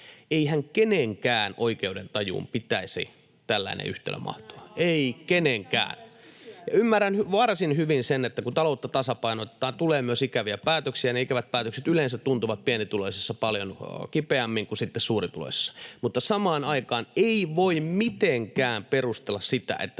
Eihän kenenkään oikeudentajuun pitäisi tällaisen yhtälön mahtua, ei kenenkään. Ja ymmärrän varsin hyvin sen, että kun taloutta tasapainotetaan, tulee myös ikäviä päätöksiä. Ne ikävät päätökset yleensä tuntuvat pienituloisissa paljon kipeämmin kuin sitten suurituloissa. Mutta samaan aikaan ei voi mitenkään perustella sitä, että